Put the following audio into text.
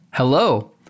Hello